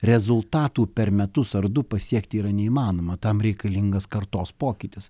rezultatų per metus ar du pasiekti yra neįmanoma tam reikalingas kartos pokytis